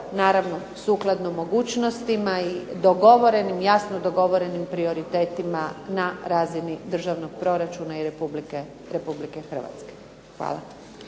Naravno, sukladno mogućnostima i dogovorenim, jasno dogovorenim, prioritetima na razini državnog proračuna i RH. Hvala.